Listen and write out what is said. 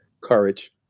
Courage